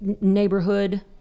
neighborhood